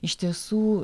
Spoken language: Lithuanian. iš tiesų